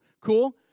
cool